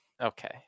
Okay